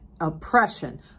oppression